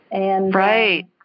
Right